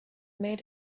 made